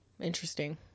Interesting